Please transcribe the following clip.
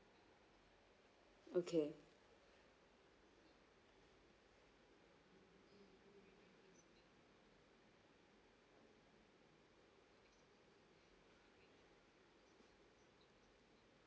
okay